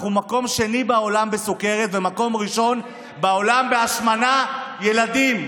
אנחנו מקום שני בעולם בחולי סוכרת ומקום ראשון בעולם בהשמנת ילדים,